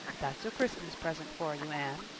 that's a christmas present for you, anne,